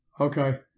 Okay